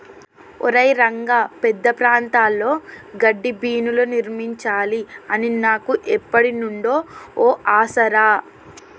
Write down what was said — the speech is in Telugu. ఒరై రంగ పెద్ద ప్రాంతాల్లో గడ్డిబీనులు నిర్మించాలి అని నాకు ఎప్పుడు నుండో ఓ ఆశ రా